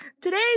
Today